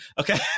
okay